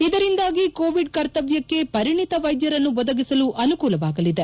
ಇದರಿಂದಾಗಿ ಕೋವಿಡ್ ಕರ್ತವ್ಲಕ್ಷೆ ಪರಿಣಿತ ವೈದ್ಯರನ್ನು ಒದಗಿಸಲು ಅನುಕೂಲವಾಗಲಿದೆ